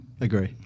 Agree